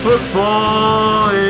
Football